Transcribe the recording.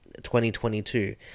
2022